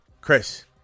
Chris